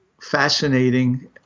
fascinating